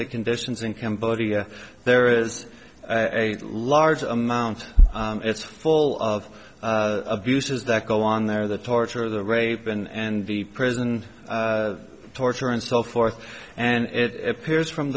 the conditions in cambodia there is a large amount it's full of abuses that go on there the torture the rape and the prison torture and so forth and it appears from